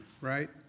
right